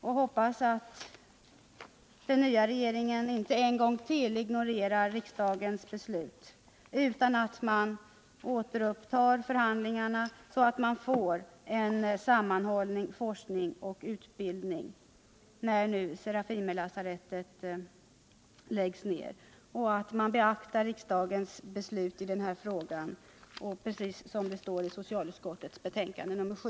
Jag hoppas att den regering som kommer inte ignorerar riksdagens beslut utan återupptar förhandlingarna, så att vi får en sammanhållen utbildning och forskning när nu Serafimerlasarettet läggs ned, och att regeringen alltså beaktar riksdagens beslut i den här frågan, precis som det står i socialutskottets betänkande nr 7.